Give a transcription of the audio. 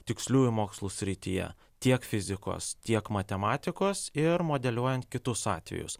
tiksliųjų mokslų srityje tiek fizikos tiek matematikos ir modeliuojant kitus atvejus